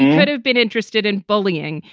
but have been interested in bullying.